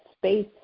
space